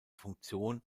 funktion